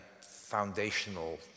foundational